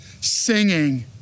singing